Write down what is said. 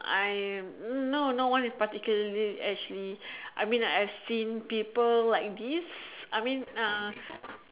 I'm no no one in particularly actually I mean like I seen people like this I mean uh